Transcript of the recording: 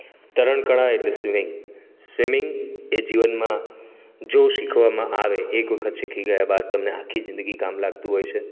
તરણ કળા એટલે સ્વિમિંગ સ્વિમિંગ એ જીવનમાં જો શીખવામાં આવે એક વખત શીખી ગયા બાદ તમને આખી જિંદગી કામ લાગતું હોય છે